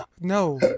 no